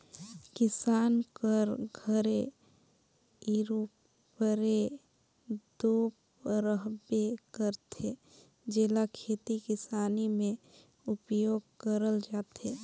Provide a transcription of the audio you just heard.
किसान कर घरे इरूपरे दो रहबे करथे, जेला खेती किसानी मे उपियोग करल जाथे